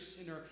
sinner